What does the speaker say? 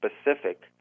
specific